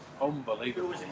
unbelievable